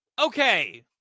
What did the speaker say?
okay